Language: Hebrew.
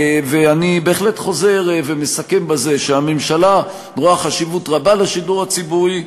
אני בהחלט חוזר ומסכם בזה שהממשלה רואה חשיבות רבה לשידור הציבורי,